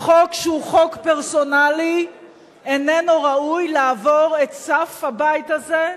חוק שהוא חוק פרסונלי איננו ראוי לעבור את סף הבית הזה,